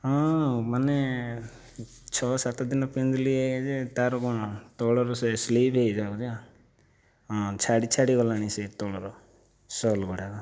ହଁ ମାନେ ଛଅ ସାତ ଦିନ ପିନ୍ଧିଲି ଯେ ତାର କ'ଣ ତଳର ସେ ସ୍ଲିପ ହୋଇଯାଉଛି ହଁ ଛାଡ଼ି ଛାଡ଼ି ଗଲାଣି ସେ ତଳର ସୋଲ୍ ଗୁଡ଼ାକ